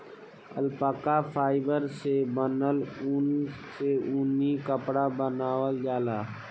alpaca fibre से बनल ऊन से ऊनी कपड़ा बनावल जाला